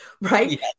Right